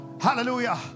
hallelujah